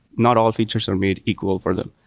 not all features are made equal for them.